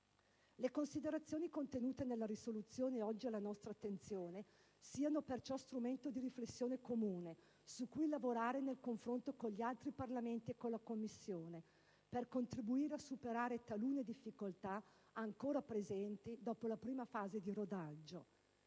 Le considerazioni contenute nella risoluzione oggi alla nostra attenzione siano perciò strumento di riflessione comune su cui lavorare nel confronto con gli altri Parlamenti e con la Commissione, per contribuire a superare talune difficoltà ancora presenti dopo la prima fase di rodaggio.